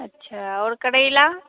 अच्छा और करेला